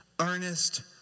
Earnest